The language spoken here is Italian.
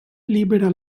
libera